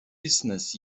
business